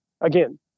again